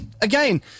again